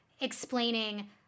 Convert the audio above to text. explaining